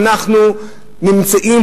אנחנו נמצאים,